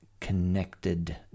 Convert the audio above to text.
connected